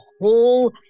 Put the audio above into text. whole